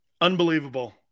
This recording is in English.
Unbelievable